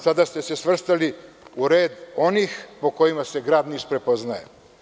Sada ste se svrstali u red onih po kojima se grad Niš prepoznaje.